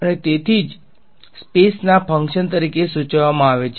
તેથી જ સ્પેસ ના ફંકશન તરીકે સૂચવવામાં આવે છે